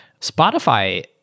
Spotify